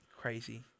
Crazy